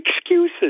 excuses